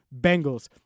BENGALS